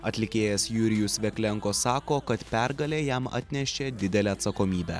atlikėjas jurijus veklenko sako kad pergalė jam atnešė didelę atsakomybę